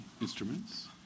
instruments